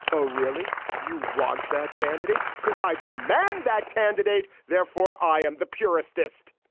oh really. you want that candidate. because i demand that candidate therefore i am the purest est